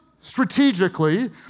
strategically